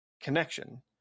connection